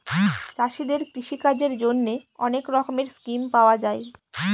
চাষীদের কৃষিকাজের জন্যে অনেক রকমের স্কিম পাওয়া যায়